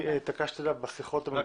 התעקשתי עליו בשיחות.